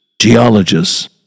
geologists